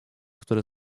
który